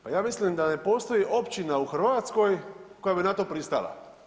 Pa ja mislim da ne postoji općina u Hrvatskoj koja bi na to pristala.